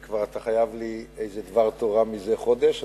ואתה כבר חודש חייב לי איזה דבר תורה, אתה